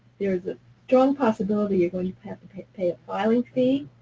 there is a strong possibility you're going to have to pay pay a filing fee,